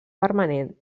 permanent